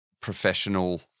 professional